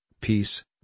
peace